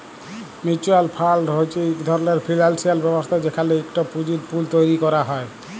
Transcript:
mutual fund হছে ইক ধরলের ফিল্যালসিয়াল ব্যবস্থা যেখালে ইকট পুঁজির পুল তৈরি ক্যরা হ্যয়